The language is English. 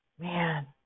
man